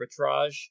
arbitrage